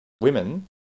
women